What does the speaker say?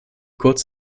kurz